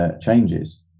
changes